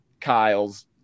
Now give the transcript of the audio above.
Kyle's